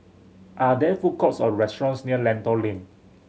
are there food courts or restaurants near Lentor Lane